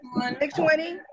620